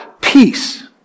peace